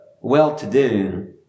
well-to-do